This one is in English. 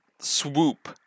swoop